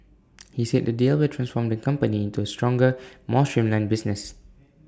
he said the deal will transform the company into A stronger more streamlined business